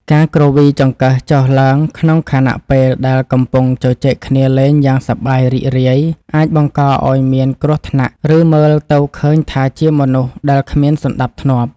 ការគ្រវីចង្កឹះចុះឡើងក្នុងខណៈពេលដែលកំពុងជជែកគ្នាលេងយ៉ាងសប្បាយរីករាយអាចបង្កឱ្យមានគ្រោះថ្នាក់ឬមើលទៅឃើញថាជាមនុស្សដែលគ្មានសណ្តាប់ធ្នាប់។